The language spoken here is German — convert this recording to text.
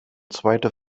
zweite